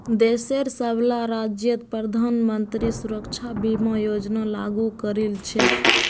देशेर सबला राज्यत प्रधानमंत्री सुरक्षा बीमा योजना लागू करील छेक